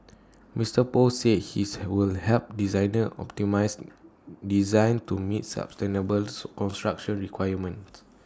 Mister Poh said his will help designers optimise designs to meet sustainable construction requirements